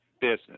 business